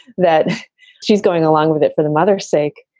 that she's going along with it for the mother's sake.